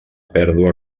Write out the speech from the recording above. pèrdua